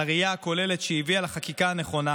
על הראייה הכוללת שהביאה לחקיקה הנכונה,